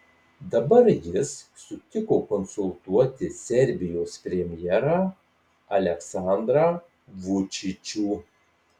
dabar jis sutiko konsultuoti serbijos premjerą aleksandrą vučičių